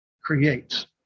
creates